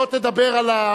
בוא תדבר על,